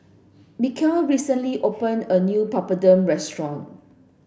Michial recently opened a new Papadum restaurant